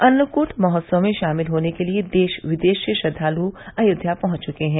अन्नकूट महोत्सव में शामिल होने के लिए देश विदेश से श्रद्वाल् अयोध्या पहंच च्के हैं